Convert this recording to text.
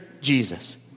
Jesus